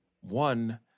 one